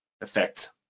effect